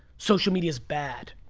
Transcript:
social media's bad.